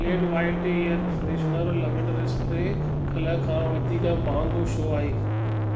Glade wild air freshener lavender spray कलह खां वधीक महांगो छो आहे